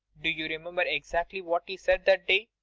do you remember exactly what he said that day a